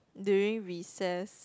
during recess